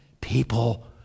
people